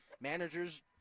managers